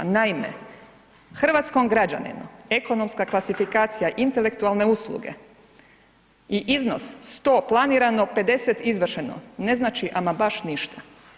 Naime, hrvatskom građaninu ekonomska klasifikacija intelektualne usluge i iznos 100 planirano, 50 izvršeno, ne znači ama baš ništa.